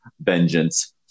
vengeance